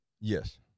Yes